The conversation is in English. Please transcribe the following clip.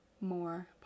more